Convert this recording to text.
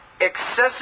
excessive